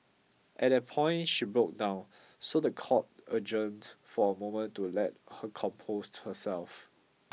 at that point she broke down so the court adjourned for a moment to let her compose herself